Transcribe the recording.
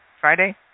Friday